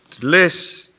list